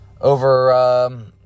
Over